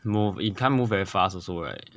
move it can't move that fast also right